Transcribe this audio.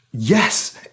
Yes